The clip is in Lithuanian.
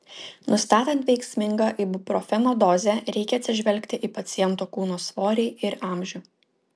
nustatant veiksmingą ibuprofeno dozę reikia atsižvelgti į paciento kūno svorį ir amžių